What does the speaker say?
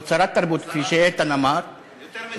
או צרת תרבות, כפי שאיתן אמר, יותר מדויק.